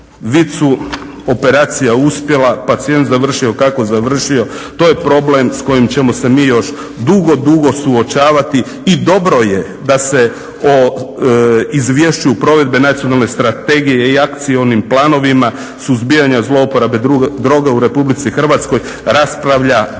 operacija uspjela, pacijent završio kako završio. To je problem s kojim ćemo se mi još dugo, dugo suočavati. I dobro je da se o Izvješću provedbe Nacionalne strategije i Akcijskim planovima suzbijanja zlouporaba droga u RH raspravlja barem